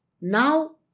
Now